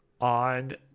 On